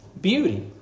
beauty